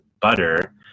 butter